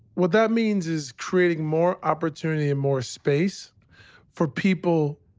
what that means is creating more opportunity and more space for people